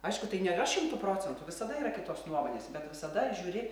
aišku tai nėra šimtu procentų visada yra kitos nuomonės bet visada žiūri